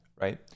right